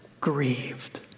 grieved